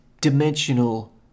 dimensional